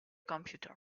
computer